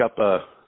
up